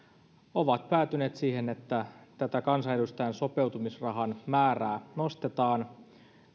ovat päätyneet siihen että tätä kansanedustajan sopeutumisrahan määrää nostetaan